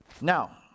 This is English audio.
Now